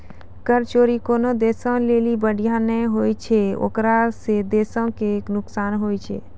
कर चोरी कोनो देशो लेली बढ़िया नै होय छै ओकरा से देशो के नुकसान होय छै